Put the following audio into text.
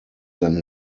than